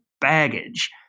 baggage